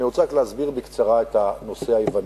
אני רוצה להסביר בקצרה את הנושא היווני.